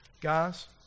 Guys